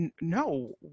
no